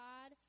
God